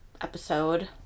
episode